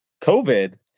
COVID